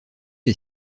est